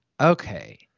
Okay